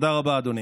תודה רבה, אדוני.